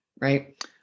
right